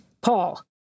Paul